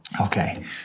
Okay